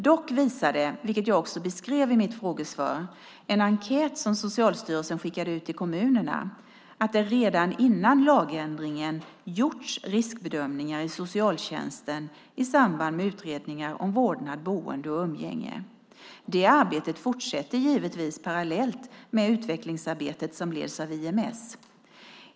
Dock visade, vilket jag också beskrev i mitt frågesvar, en enkät som Socialstyrelsen skickade ut till kommunerna att det redan före lagändringen gjorts riskbedömningar i socialtjänsten i samband med utredningar om vårdnad, boende och umgänge. Det arbetet fortsätter givetvis parallellt med utvecklingsarbetet som leds av IMS.